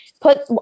put